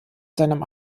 seinem